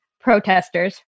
protesters